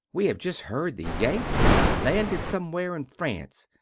we have just herd the yanks have landid somewhere in france.